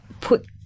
put –